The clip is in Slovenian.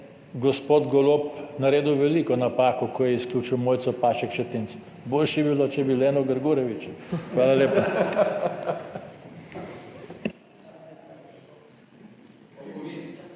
gospod Golob naredil veliko napako, ko je izključil Mojco Šetinc Pašek, boljše bi bilo, če bi Leno Grgurevič. Hvala lepa.